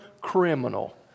criminal